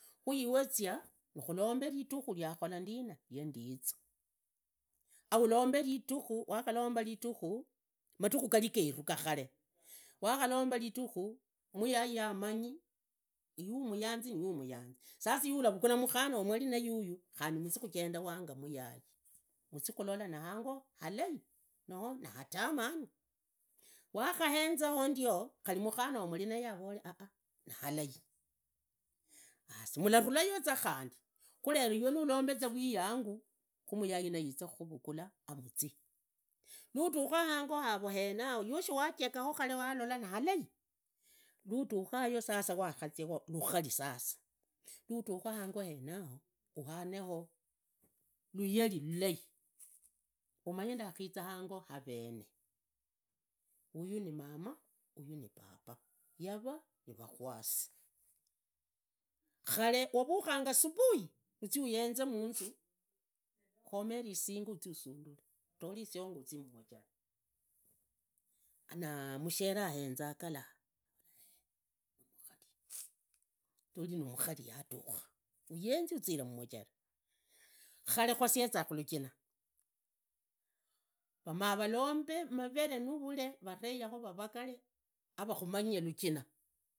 Khuiweza khumalombe ridhiriha ria ngola ndina riandii za haalombe ridhikhu madhikhu geru galiga khare, wakhalomba ridhikhu muyai amanyi iwe umuyanzi ye akhuyanzi, sasa iwe ulavugula mukhana wari nayeuya khandi muzi kujenda wanga muyai, muzi khulola ni hango halai anoo nihango hatamanu, wakhaenzu yaho ndiono khari mukhana mwakhaveza naye harore ahah nihalai, has muvalayoza khandi, khurero iweza urombe vwiganyu, khumuyai oyo alizakhuvugula amuzii, ludhakhaho umanye wakhazia lukhali sasa, ludhuka hango henao uhane luyali ilali, umanye ndakhiza harene, huyu ni mama, huyu ni baba, yava nivakwasi. Khare wavukhanga subui uzii mumujeruu anaa mushere haenzaa galaa avora hee nimukhari, avori nimukhari yadhukuha, ayenzii, yuzire mumujera, khare kwasieza mulujina vamavalombe maveve muvule varee yaho vavagalee avagumangee lajina.